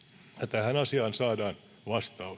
tähän asiaan saadaan vastaus